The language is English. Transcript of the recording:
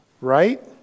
Right